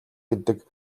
гэдэг